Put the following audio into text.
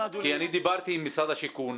כי אני דיברתי עם משרד השיכון.